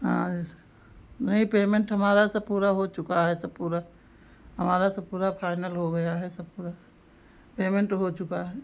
हाँ जैसे नहीं पेमेन्ट हमारा सब पूरा हो चुका है सब पूरा हमारा सब पूरा फाइनल हो गया है सब पूरा पेमेन्ट हो चुका है